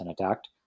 attacked